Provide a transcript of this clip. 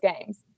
games